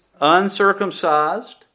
Uncircumcised